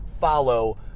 follow